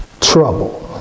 trouble